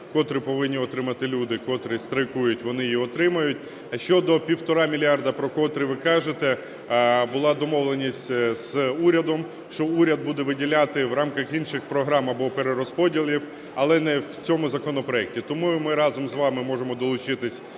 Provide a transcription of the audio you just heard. котру повинні отримати люди, котрі страйкують, вони її отримають. А щодо 1,5 мільярда, про котрі ви кажете. Була домовленість з урядом, що уряд буде виділяти в рамках інших програм або перерозподілів, але не в цьому законопроекті. Тому і ми разом з вами можемо долучитись